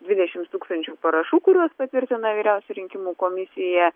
dvidešimt tūkstančių parašų kuriuos patvirtina vyriausioji rinkimų komisija